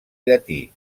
llatí